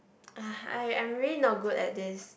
I I'm really not good at this